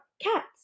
cats